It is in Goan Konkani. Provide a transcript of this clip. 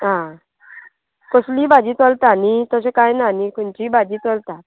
आ कसलीय भाजी चलता न्ही तशें कांय ना न्ही खंयचीय भाजी चलता